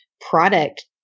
product